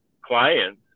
clients